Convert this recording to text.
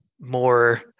more